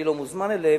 אני לא מוזמן אליהם,